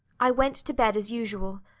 i went to bed as usual,